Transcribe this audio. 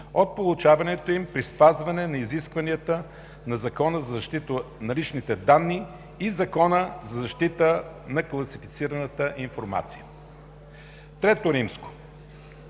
от получаването им при спазване на изискванията на Закона за защита на личните данни и Закона за защита на класифицираната информация. III.